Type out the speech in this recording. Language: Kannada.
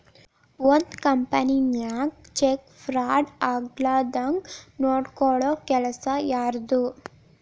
ಒಂದ್ ಕಂಪನಿನ್ಯಾಗ ಚೆಕ್ ಫ್ರಾಡ್ ಆಗ್ಲಾರ್ದಂಗ್ ನೊಡ್ಕೊಲ್ಲೊ ಕೆಲಸಾ ಯಾರ್ದು?